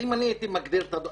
אם אני הייתי מגדיר את הדוח,